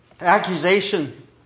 accusation